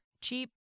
Cheap